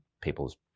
people's